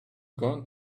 going